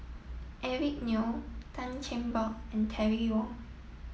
Eric Neo Tan Cheng Bock and Terry Wong